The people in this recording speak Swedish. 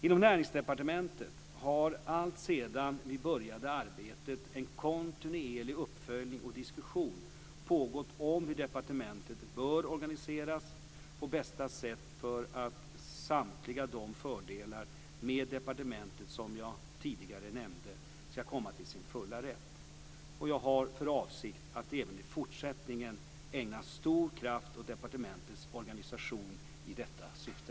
Inom Näringsdepartementet har alltsedan vi började arbetet en kontinuerlig uppföljning och diskussion pågått om hur departementet bör organiseras på bästa sätt för att samtliga de fördelar med departementet som jag tidigare nämnde ska komma till sin fulla rätt. Jag har för avsikt att även i fortsättningen ägna stor kraft åt departementets organisation i detta syfte.